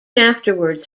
afterwards